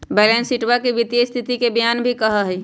balance शीटवा के वित्तीय स्तिथि के बयान भी कहा हई